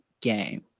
game